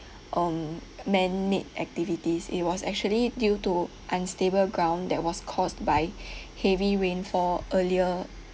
um man-made activities it was actually due to unstable ground that was caused by heavy rainfall earlier